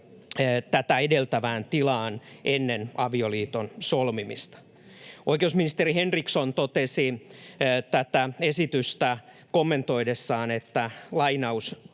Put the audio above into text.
tätä edeltävään tilaan ennen avioliiton solmimista. Oikeusministeri Henriksson totesi tätä esitystä kommentoidessaan, että tämä